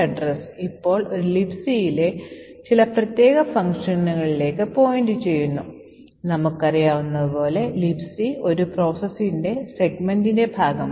ഈ scanf function ഒരു buffer ഓവർഫ്ലോയ്ക്കുള്ള സാധ്യതയാണെന്നത് ശ്രദ്ധിക്കുക കാരണം ഉപയോക്താവിന് 22 ബൈറ്റുകളേക്കാൾ വലിയ ഒരു വലിയ സ്ട്രിംഗ് നൽകാം